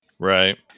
Right